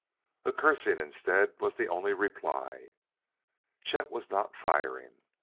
a cursing, instead, was the only reply chet was not firing!